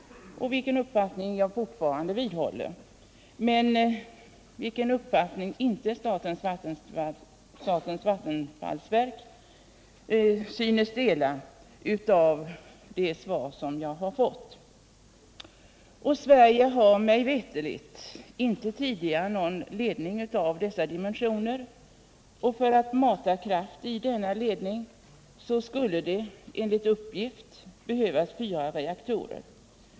Jag vidhåller den uppfattningen, vilken statens vattenfallsverk inte synes dela av svaret att döma. Sverige har mig veterligen inte tidigare haft någon ledning med sådana dimensioner som det här är fråga om. För att mata kraft i denna ledning skulle det enligt uppgift behövas fyra reaktorer.